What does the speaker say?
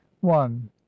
one